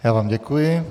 Já vám děkuji.